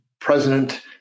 president—